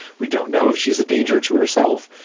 we don't know if she's a danger to herself.